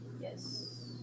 Yes